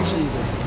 Jesus